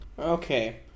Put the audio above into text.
Okay